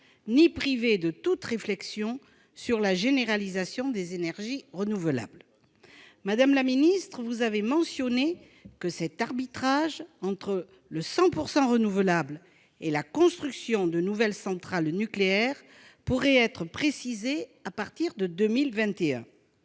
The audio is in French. ni empêcher toute réflexion sur la généralisation des énergies renouvelables. Vous avez expliqué que l'arbitrage entre le « 100 % renouvelable » et la construction de nouvelles centrales nucléaires pourrait être précisé à partir de 2021.